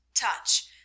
touch